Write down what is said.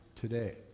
today